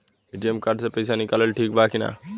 ATM card से पईसा निकालल ठीक बा की ना?